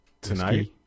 Tonight